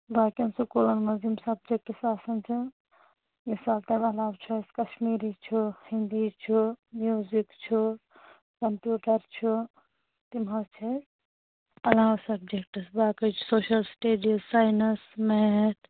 باقِیَن سکوٗلَن منٛز یِِم سبجکٹٕز آسَن تِم مِثال تَمہِ عَلاو چھُ اسہِ کَشمیٖری چھُ ہِنٛدی چھُ مِیوٗزِک چھُ کَمپِیوٗٹَر چھُ تِم حظ چھِ اسہِ پَرناوان سبجکٹٕز باقٕے چھِ سوشل سٹیٚڈیٖز سایِنَس میتھ